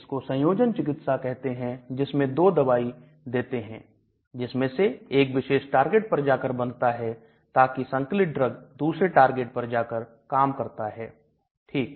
इसको संयोजन चिकित्सा कहते हैं जिसमें 2 दवाई देते हैं जिसमें से एक विशेष टारगेट पर जाकर बंधता है जबकि संकलित ड्रग दूसरे टारगेट पर जाकर काम करता है ठीक